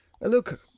look